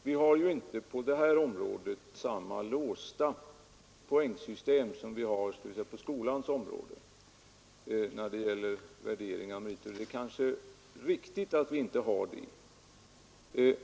Vi har inte på det här området samma låsta poängsystem som, skall vi säga, på skolans område när det gäller värdering av meriter. Och det är kanske riktigt att vi inte har det.